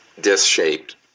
disc-shaped